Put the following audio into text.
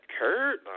Kurt